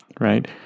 right